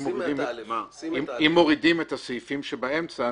אם מורידים את הסעיפים שבאמצע,